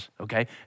Okay